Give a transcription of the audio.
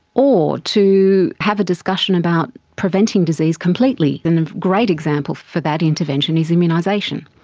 or to have a discussion about preventing disease completely. and a great example for that intervention is immunisation.